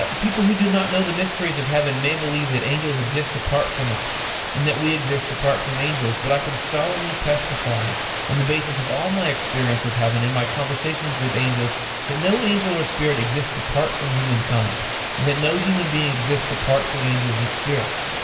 but people who do not know the mysteries of heaven may believe that angels exist apart from us and that we exist apart from angels, but i can solemnly testify on the basis of all my experience of heaven and my conversations with angels that no angel or spirit exists apart from humankind and that no human being exists apart from angels and spirits.